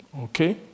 Okay